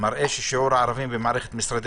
מראה ששיעור הערבים במערכת משרדי